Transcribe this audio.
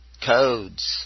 Codes